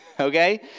Okay